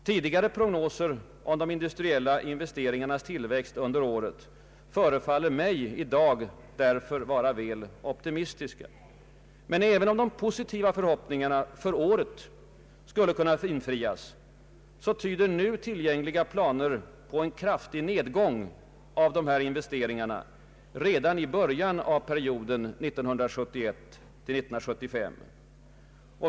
Tidigare prognoser om de industriella investeringarnas tillväxt under året förefaller mig i dag därför vara väl optimistiska. Men även om de positiva förhoppningarna för året skulle kunna infrias tyder nu tillgängliga planer på en kraftig nedgång av dessa investeringar redan i början av perioden 1971—1975.